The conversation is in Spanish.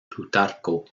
plutarco